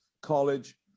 college